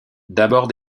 d’abord